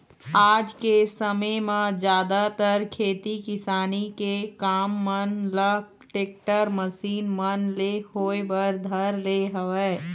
आज के समे म जादातर खेती किसानी के काम मन ल टेक्टर, मसीन मन ले होय बर धर ले हवय